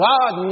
God